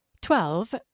Twelve